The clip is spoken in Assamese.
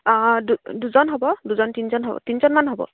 অঁ দু দুজন হ'ব দুজন তিনিজন হ'ব তিনিজনমান হ'ব